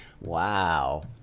Wow